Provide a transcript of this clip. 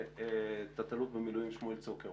אני מבקש להעלות את תא"ל במילואים שמואל צוקר.